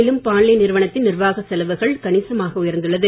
மேலும் பாண்லே நிறுவனத்தின் நிர்வாகச் செலவுகள் கணிசமாக உயர்ந்துள்ளது